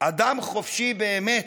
אדם חופשי באמת,